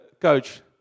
coach